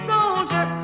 Soldier